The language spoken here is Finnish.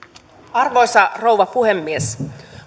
arvoisa rouva puhemies